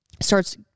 starts